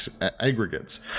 aggregates